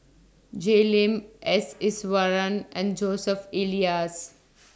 Jay Lim S Iswaran and Joseph Elias